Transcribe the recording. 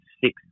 six